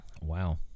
Wow